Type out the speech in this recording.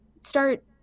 start